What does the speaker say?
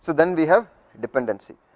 so then we have dependency,